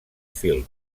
film